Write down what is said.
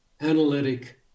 analytic